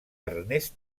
ernest